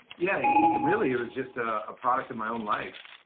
yeah, really it was just a ah product of my own life.